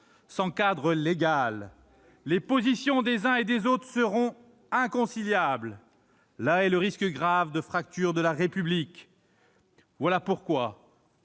sans cadre légal, les positions des uns et des autres seront inconciliables : là est le risque grave de fracture de la République ! Voilà pourquoi,